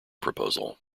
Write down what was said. proposal